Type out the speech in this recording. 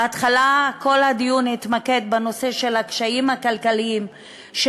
בהתחלה כל הדיון התמקד בנושא של הקשיים הכלכליים של